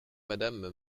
madame